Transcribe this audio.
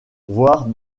voire